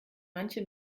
manche